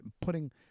putting